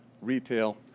retail